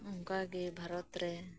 ᱚᱱᱠᱟ ᱜᱮ ᱵᱷᱟᱨᱚᱛ ᱨᱮ